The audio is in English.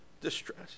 distress